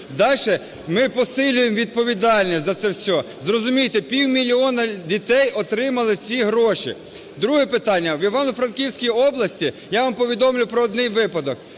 Далі ми посилюємо відповідальність за це все. Зрозумійте, півмільйона дітей отримали ці гроші. Друге питання. В Івано-Франківській області, я вам повідомлю про один випадок,